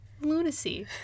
Lunacy